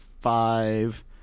five